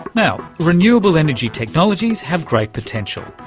you know renewable energy technologies have great potential,